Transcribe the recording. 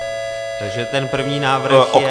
Takže ten první návrh je